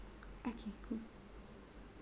okay